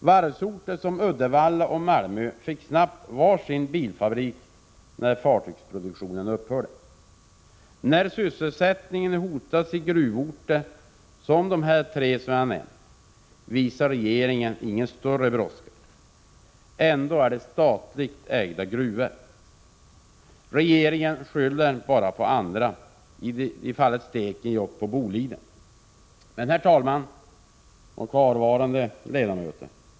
Varvsorter som Uddevalla och Malmö fick snabbt var sin bilfabrik när fartygsproduktionen upphörde. När sysselsättningen hotas i gruvorter, som de tre jag har nämnt, visar regeringen ingen större brådska. Det är ändå statligt ägda gruvor. Regeringen skyller bara på andra -—i fallet Stekenjokk på Boliden. Herr talman och kvarvarande ledamöter!